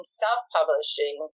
self-publishing